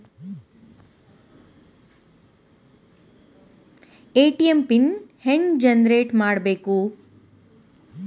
ATM PIN ಹೆಂಗ್ generate ಮಾಡಬೇಕು?